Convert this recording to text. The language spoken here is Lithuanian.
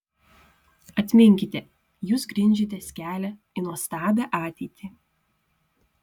atminkite jūs grindžiatės kelią į nuostabią ateitį